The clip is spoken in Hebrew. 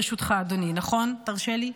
ברשותך, אדוני, נכון, תרשה לי.